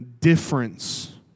difference